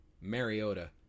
Mariota